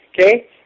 okay